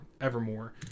evermore